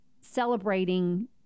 celebrating